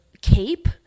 cape